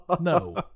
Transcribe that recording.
No